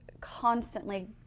constantly